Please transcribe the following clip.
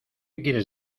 quieres